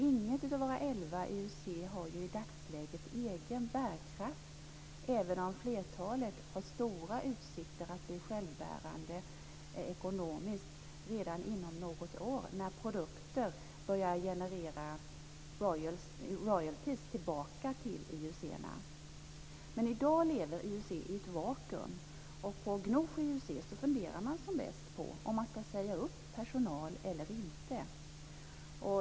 Inget av våra elva IUC har ju i dagsläget egen bärkraft, även om flertalet har stora utsikter att bli självbärande ekonomiskt redan inom något år när produkter börjar generera royalties tillbaka till IUC. I dag lever IUC i ett vakuum. På Gnosjö IUC funderar man som bäst på om man skall säga upp personal eller inte.